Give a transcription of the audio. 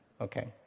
Okay